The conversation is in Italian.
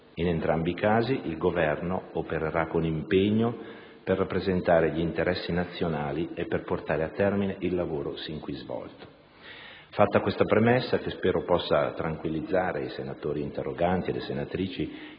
In entrambi i casi il Governo opererà con impegno per rappresentare gli interessi nazionali e per portare a termine il lavoro sin qui svolto. Fatta questa premessa, che spero possa tranquillizzare i senatori interroganti circa